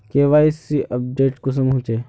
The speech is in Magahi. के.वाई.सी अपडेट कुंसम होचे?